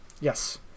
Yes